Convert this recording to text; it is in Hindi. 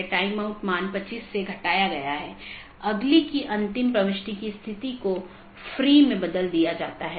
यह पूरे मेश की आवश्यकता को हटा देता है और प्रबंधन क्षमता को कम कर देता है